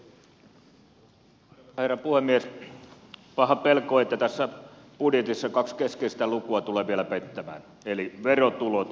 on paha pelko että tässä budjetissa kaksi keskeistä lukua tulee vielä pettämään eli verotulot ja kasvuennuste